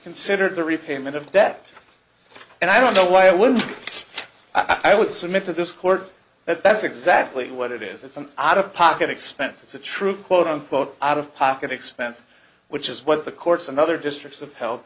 considered the repayment of debt and i don't know why i would i would submit to this court that that's exactly what it is it's an out of pocket expense it's a true quote unquote out of pocket expense which is what the courts and other districts have hel